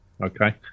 okay